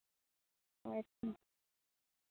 ᱦᱳᱭ ᱛᱚ